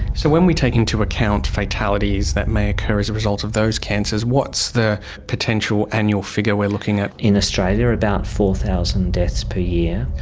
so when we take into account fatalities that may occur as a result of those cancers, what's the potential annual figure we're looking at? in australia about four thousand deaths per year.